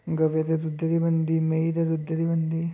गवै दी दुद्धै दी बनदी मेहीं दे दुद्धै दी बनदी